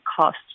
cost